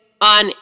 on